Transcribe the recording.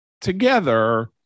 together